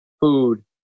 food